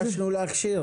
אז הצלחנו להכשיר.